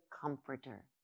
Comforter